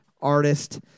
artist